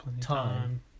time